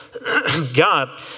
God